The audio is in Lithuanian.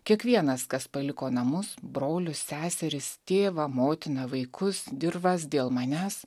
kiekvienas kas paliko namus brolius seseris tėvą motiną vaikus dirvas dėl manęs